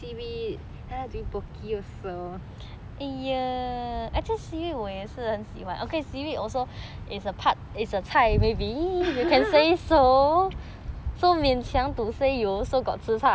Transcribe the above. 太勉强 already lah